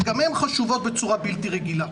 שגם הן חשובות בצורה בלתי רגילה.